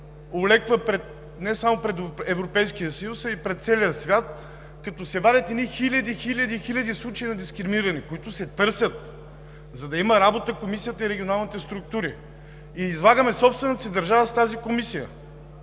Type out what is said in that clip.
олеква не само пред Европейския съюз, а и пред целия свят, като се вадят едни хиляди, хиляди, хиляди случаи на дискриминирани, които се търсят, за да има работа Комисията и регионалните структури и излагаме собствената си държава с тази комисия.